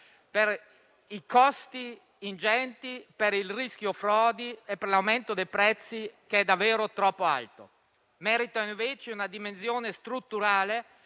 per i costi ingenti, per il rischio frodi e per l'aumento dei prezzi che è davvero troppo alto. Merita invece una dimensione strutturale